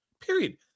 period